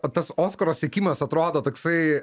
tas oskaro siekimas atrodo toksai